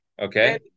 okay